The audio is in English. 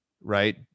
right